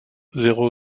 zéro